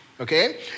Okay